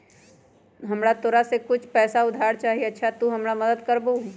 हमरा तोरा से कुछ पैसा उधार चहिए, अच्छा तूम हमरा मदद कर मूह?